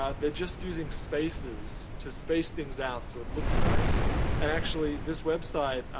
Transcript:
ah they're just using spaces to space things out so it looks nice, and actually, this website,